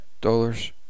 dollars